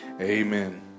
Amen